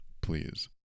please